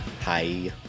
Hi